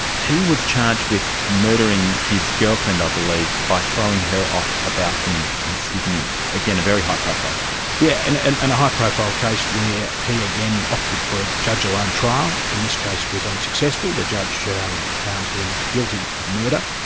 he was charged with murdering his girlfriend i believe, by throwing her off a balcony in sydney. again, a very high profile case. yes, yeah and and and a high profile case where he again opted for a judge-alone trial, in this case was unsuccessful, the judge um found him guilty of murder.